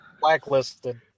Blacklisted